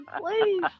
please